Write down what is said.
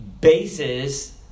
bases